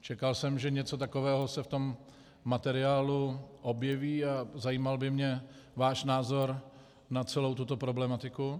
Čekal jsem, že něco takového se v tom materiálu objeví, a zajímal by mě váš názor na celou tuto problematiku.